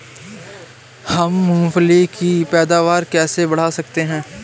हम मूंगफली की पैदावार कैसे बढ़ा सकते हैं?